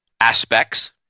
aspects